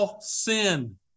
sin